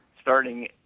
starting